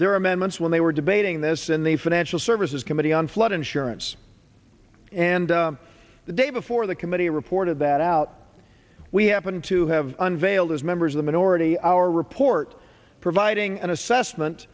their amendments when they were debating this in the financial services committee on flood insurance and the day before the committee reported that out we happen to have unveiled as members of the minority our report providing an assessment